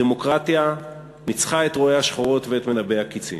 הדמוקרטיה ניצחה את רואי השחורות ואת מנבאי הקצים.